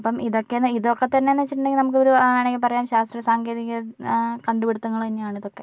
അപ്പോൾ ഇതൊക്കെ ഇതൊക്കെത്തന്നെയെന്നു വച്ചിട്ടുണ്ടെങ്കിൽ നമുക്ക് ഒരു വേണമെങ്കിൽ പറയാം ശാസ്ത്ര സാങ്കേതിക കണ്ടുപിടുത്തങ്ങൾ തന്നെയാണ് ഇതൊക്കെ